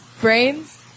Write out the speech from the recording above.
Brains